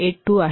82 आहे